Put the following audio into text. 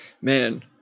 Man